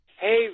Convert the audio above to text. Hey